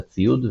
בציוד,